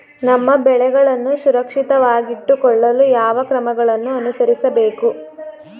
ನಮ್ಮ ಬೆಳೆಗಳನ್ನು ಸುರಕ್ಷಿತವಾಗಿಟ್ಟು ಕೊಳ್ಳಲು ಯಾವ ಕ್ರಮಗಳನ್ನು ಅನುಸರಿಸಬೇಕು?